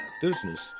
business